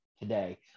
today